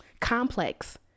Complex